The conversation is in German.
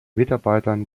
mitarbeitern